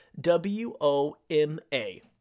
W-O-M-A